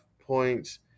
points